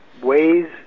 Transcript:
ways